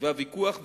הוויכוח,